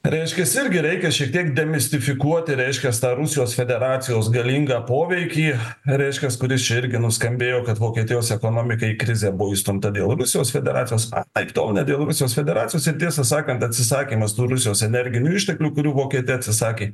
reiškias irgi reikia šiek tiek demistifikuoti reiškias tą rusijos federacijos galingą poveikį reiškias kuris čia irgi nuskambėjo kad vokietijos ekonomikai krizė buvo įstumta vėl rusijos federacijos anaiptol ne dėl rusijos federacijos ir tiesą sakant atsisakymas tų rusijos energinių išteklių kurių vokietija atsisakė